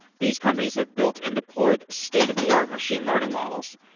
these companies have built and deployed state of the art machine learning models,